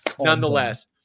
nonetheless